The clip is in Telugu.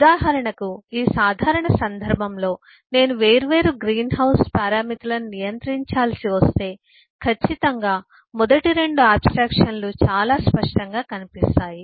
ఉదాహరణకు ఈ సాధారణ సందర్భంలో నేను వేర్వేరు గ్రీన్ హౌస్ పారామితులను నియంత్రించాల్సి వస్తే ఖచ్చితంగా మొదటి 2 ఆబ్స్ట్రాక్షన్లు చాలా స్పష్టంగా కనిపిస్తాయి